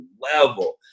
level